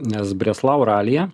nes breslau ralyje